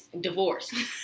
Divorce